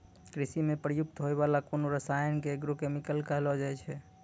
कृषि म प्रयुक्त होय वाला कोनो रसायन क एग्रो केमिकल कहलो जाय छै